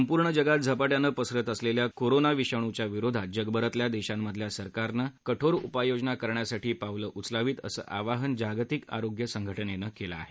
संपूर्ण जगात झपाट्यानं पसरत असलेल्या कोरोना विषाणू विरोधात जगभरातल्या देशांमधल्या सरकारनं कठोर उपाययोजना करण्यासाठी पावलं उचलावीत असं आवाहन जागतिक आरोग्य संघटनेनं केलं आहे